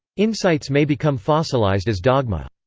insights may become fossilised as dogma.